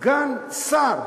סגן שר.